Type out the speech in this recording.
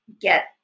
get